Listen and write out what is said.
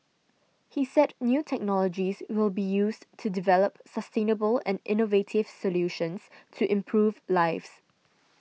he said new technologies will be used to develop sustainable and innovative solutions to improve lives